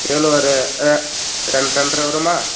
எவ்வளோ ஒரு ரெண்டரை வருமா